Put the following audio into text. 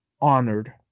honored